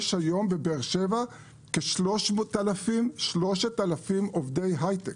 יש היום בבאר שבע כ-3,000 עובדי הייטק.